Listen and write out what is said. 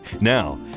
Now